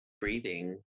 breathing